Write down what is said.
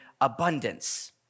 abundance